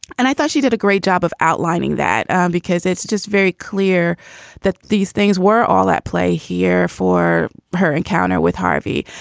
and i thought she did a great job of outlining that because it's just very clear that these things were all at play here for her encounter with harvey.